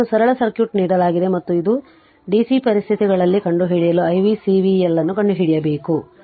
ಆದ್ದರಿಂದ ಇದನ್ನು ಸರಳ ಸರ್ಕ್ಯೂಟ್ ನೀಡಲಾಗಿದೆ ಮತ್ತು ಇದು ಡಿಸಿ ಪರಿಸ್ಥಿತಿಗಳಲ್ಲಿ ಕಂಡುಹಿಡಿಯಲು i v C v L ಅನ್ನು ಕಂಡುಹಿಡಿಯಬೇಕು